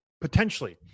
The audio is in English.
Potentially